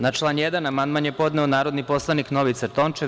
Na član 1. amandman je podneo narodni poslanik Novica Tončev.